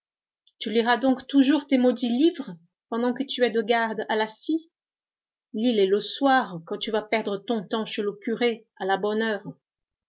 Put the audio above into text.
tu liras donc toujours tes maudits livres pendant que tu es de garde à la scie lis les le soir quand tu vas perdre ton temps chez le curé à la bonne heure